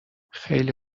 خیلی